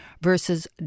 versus